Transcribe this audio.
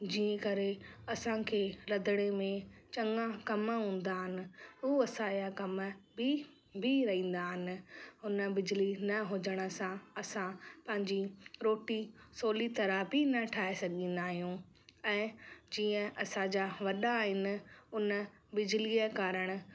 जीअं करे असां खे रंधिणे में चङा कम हूंदा आहिनि हू असां जा कम बि बि रहंदा आहिनि उन बिजली न हुजण सां असां पंहिंजी रोटी सवली तरह बि न ठाहे सघंदा आहियूं ऐं जीअं असां जा वॾा आहिनि उन बिजलीअ कारणु